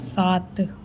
सात